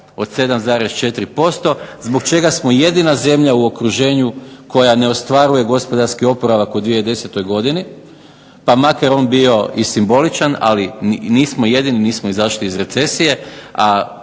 od 7,4%, zbog čega smo jedina zemlja u okruženju koja ne ostvaruje gospodarski oporavak u 2010. godini, pa makar on bio i simboličan, ali nismo, jedini nismo izašli iz recesije, a